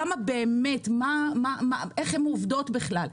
איך הן עובדות בכלל,